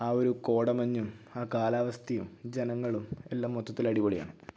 ആ ഒരു കോട മഞ്ഞും ആ കാലാവസ്ഥയും ജനങ്ങളും എല്ലാം മൊത്തത്തിൽ അടിപൊളിയാണ്